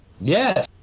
Yes